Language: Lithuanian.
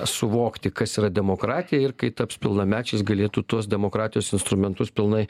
suvokti kas yra demokratija ir kai taps pilnamečiais galėtų tuos demokratijos instrumentus pilnai